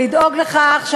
הייתה מחאה חברתית,